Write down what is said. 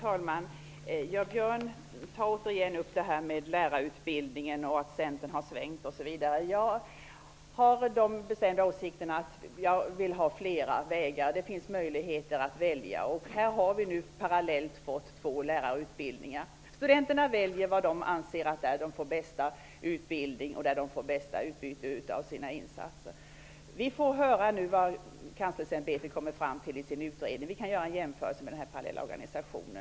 Herr talman! Björn Samuelson tar återigen upp frågan om lärarutbildningen och att Centern har svängt osv. Jag har den bestämda åsikten att det skall finnas flera vägar och att det skall finnas möjligheter att välja. Här har vi nu parallellt fått två lärarutbildningar. Studenterna väljer var de anser att de får bästa utbildning och utbyte av sina insatser. Vi får avvakta vad kanslersämbetet kommer fram till i sin utredning, så att vi kan göra en jämförelse med den parallella organisationen.